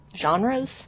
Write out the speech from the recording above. genres